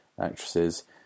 actresses